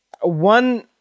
one